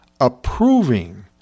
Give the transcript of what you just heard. approving